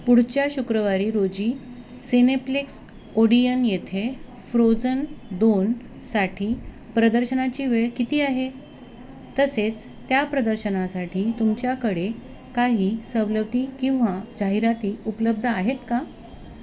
पुढच्या शुक्रवारी रोजी सिनेप्लेक्स ओडियन येथे फ्रोझन दोनसाठी प्रदर्शनाची वेळ किती आहे तसेच त्या प्रदर्शनासाठी तुमच्याकडे काही सवलती किंवा जाहिराती उपलब्ध आहेत का